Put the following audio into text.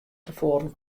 tefoaren